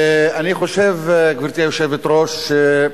אני חושב, גברתי היושבת-ראש,